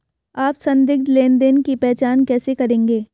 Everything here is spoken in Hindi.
आप संदिग्ध लेनदेन की पहचान कैसे करेंगे?